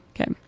Okay